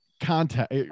contact